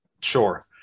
Sure